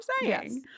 Yes